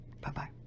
Bye-bye